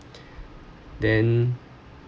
then